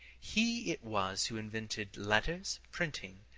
he it was who invented letters, printing,